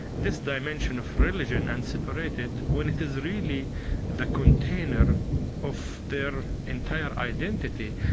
this dimension of religion, and separate it, when it is really the container of their entire identity.